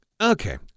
Okay